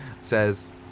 says